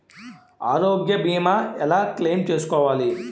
ఆరోగ్య భీమా ఎలా క్లైమ్ చేసుకోవాలి?